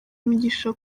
umugisha